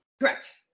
Correct